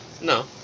No